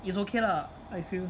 is okay lah I feel